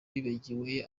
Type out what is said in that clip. bibagiwe